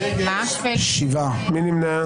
מי נמנע?